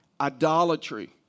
idolatry